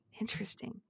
Interesting